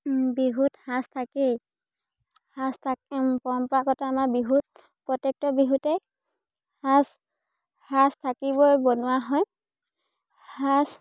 বিহুত সাজ থাকেই সাজ থাকেই পৰম্পৰাগত আমাৰ বিহুত প্ৰত্যেকটোৱে বিহুতেই সাজ সাজ থাকিবই বনোৱা হয় সাজ